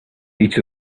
each